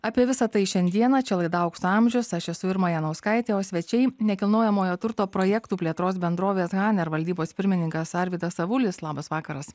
apie visa tai šiandieną čia laida aukso amžius aš esu irma janauskaitė o svečiai nekilnojamojo turto projektų plėtros bendrovės haner valdybos pirmininkas arvydas avulis labas vakaras